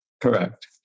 Correct